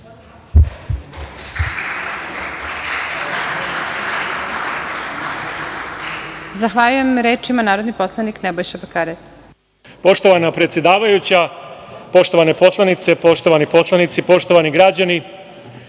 Zahvaljujem. Reč ima narodni poslanik Nebojša Bakarec. **Nebojša Bakarec** Poštovana predsedavajuća, poštovane poslanice, poštovani poslanici, poštovani građani,